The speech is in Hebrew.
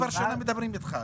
אנחנו כבר שנה מדברים אתך.